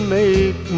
make